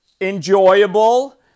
enjoyable